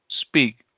speak